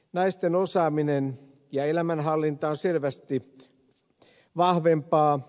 naisten osaaminen ja elämänhallinta on selvästi vahvempaa